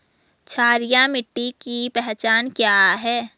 क्षारीय मिट्टी की पहचान क्या है?